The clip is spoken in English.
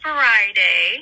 Friday